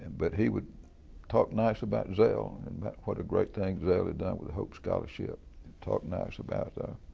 but he would talk nice about zell and and but what the great things zell had done with the hope scholarship. he'd talk nice about, i